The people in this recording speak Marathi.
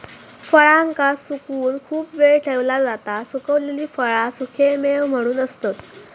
फळांका सुकवून खूप वेळ ठेवला जाता सुखवलेली फळा सुखेमेवे म्हणून असतत